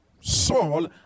Saul